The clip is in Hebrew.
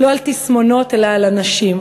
לא על תסמונות אלא על אנשים,